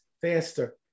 faster